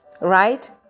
right